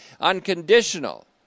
unconditional